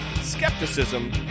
skepticism